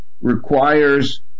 requires